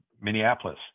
minneapolis